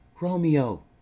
Romeo